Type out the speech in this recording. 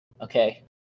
okay